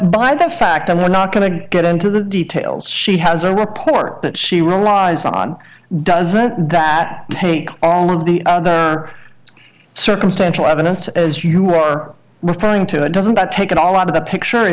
by the fact that we're not going to get into the details she has a report that she will rise on does that tape all of the circumstantial evidence as you are referring to it doesn't but take it all out of the picture if